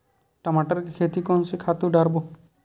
टमाटर के खेती कोन से खातु डारबो?